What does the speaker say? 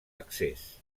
accés